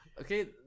Okay